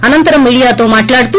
అనంతరంమీడియాతో మాట్లాడుతూ